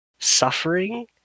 Suffering